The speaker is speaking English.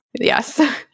Yes